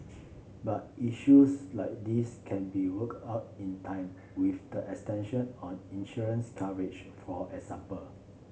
but issues like these can be worked out in time with the extension of insurance coverage for example